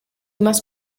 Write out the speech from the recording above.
must